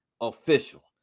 official